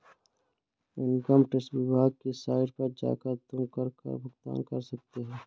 income tax विभाग की site पर जाकर तुम कर का भुगतान कर सकते हो